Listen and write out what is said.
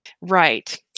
right